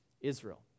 Israel